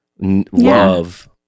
love